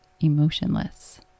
emotionless